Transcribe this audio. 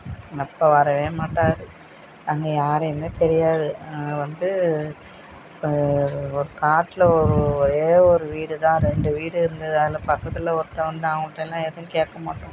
எங்கள் அப்பா வரவேமாட்டார் அங்கே யாரையுமே தெரியாது நான் வந்து இப்போ ஒரு ஒரு காட்டில் ஒரு ஒரே ஒரு வீடுதான் ரெண்டு வீடு இருந்தது அதில் பக்கத்தில் ஒருத்தன் இருந்தான் அவன்கிட்டெல்லாம் எதுவும் கேட்கமாட்டோம்